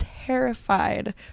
terrified